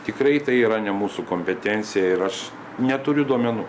tikrai tai yra ne mūsų kompetencija ir aš neturiu duomenų